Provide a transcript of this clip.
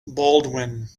baldwin